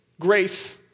grace